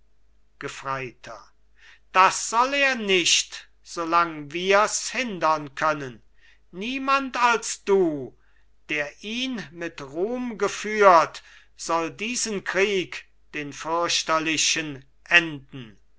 gefreiter das soll er nicht so lang wirs hindern können niemand als du der ihn mit ruhm geführt soll diesen krieg den fürchterlichen enden